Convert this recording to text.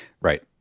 right